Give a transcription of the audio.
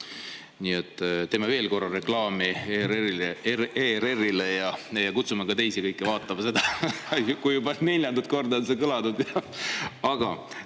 Nii et teeme veel kord reklaami ERR-ile ja kutsume ka kõiki teisi vaatama seda (Naerab.), juba neljandat korda on see kõlanud. Aga